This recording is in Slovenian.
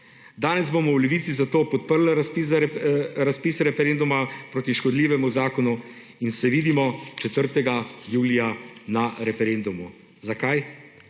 Danes bomo v Levici zato podprli razpis referenduma proti škodljivemu zakonu in se vidimo 4. julija na referendumu. Zakaj?